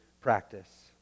practice